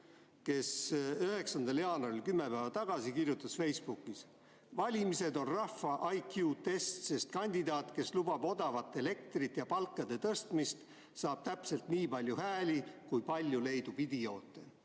9. jaanuaril, kümme päeva tagasi, Facebookis nii: valimised on rahva IQ-test, sest kandidaat, kes lubab odavat elektrit ja palkade tõstmist, saab täpselt nii palju hääli, kui palju leidub idioote.